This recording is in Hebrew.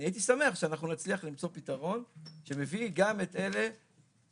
אני הייתי שמח שנצליח למצוא פתרון שמביא גם את אלה שחשוב